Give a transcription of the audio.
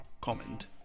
comment